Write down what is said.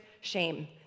shame